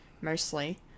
mostly